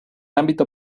ámbito